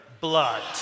blood